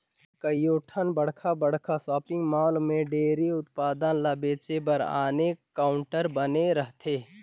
कयोठन बड़खा बड़खा सॉपिंग मॉल में डेयरी उत्पाद ल बेचे बर आने काउंटर बने रहथे